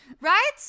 Right